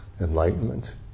enlightenment